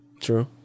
True